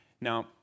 Now